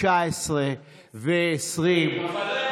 התשע-עשרה והעשרים,